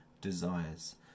desires